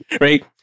right